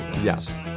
Yes